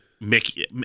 Mickey